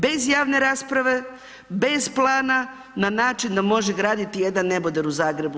Bez javne rasprave, bez plana, na način da može graditi jedan neboder u Zagrebu.